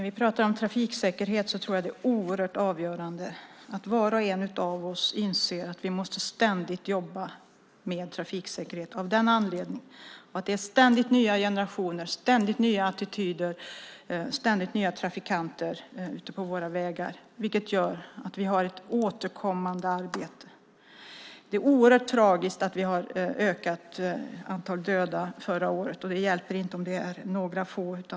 Fru talman! Det är helt avgörande att var och en av oss inser att vi ständigt måste jobba med trafiksäkerhet av den anledningen att det är ständigt nya generationer, ständigt nya attityder, ständigt nya trafikanter ute på våra vägar. Det gör att vi har ett återkommande arbete. Det är oerhört tragiskt att vi hade ett ökat antal döda förra året. Det hjälper inte om det är några få.